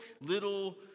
little